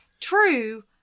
True